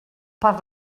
per